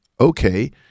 okay